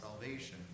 salvation